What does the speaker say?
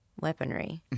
weaponry